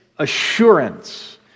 Assurance